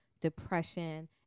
depression